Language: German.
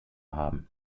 haben